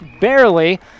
barely